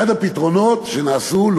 אחד הפתרונות שבוצעו,